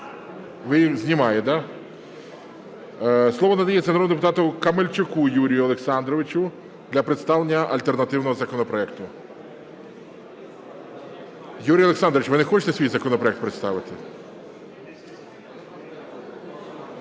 їх знімає, так? Слово надається народному депутату Камельчуку Юрію Олександровичу для представлення альтернативного законопроекту. Юрій Олександрович, ви не хочете свій законопроект представити?